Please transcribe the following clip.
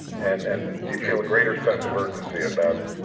and and you feel a greater sense of urgency about